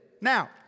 Now